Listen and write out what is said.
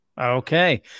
okay